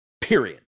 Period